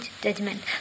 judgment